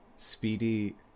Speedy